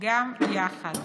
גם יחד,